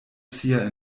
sia